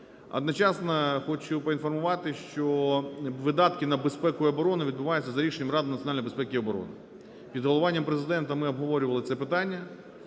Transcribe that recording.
Одночасно хочу поінформувати, що видатки на безпеку і оборону відбуваються за рішенням Ради національної безпеки і оборони. Під головуванням Президента ми обговорювали це питання